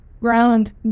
ground